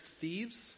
thieves